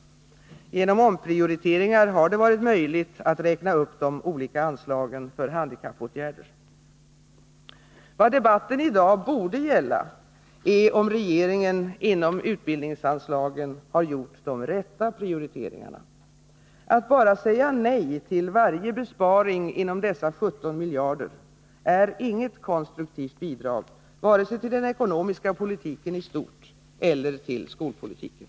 Genom omprioriteringar har det varit möjligt att räkna upp de olika anslagen för handikappåtgärder. Vad debatten i dag borde gälla är om regeringen inom utbildningsanslagen har gjort de rätta prioriteringarna. Att bara säga nej till varje besparing inom dessa 17 miljarder är inget konstruktivt bidrag, vare sig till den ekonomiska politiken i stort eller till skolpolitiken.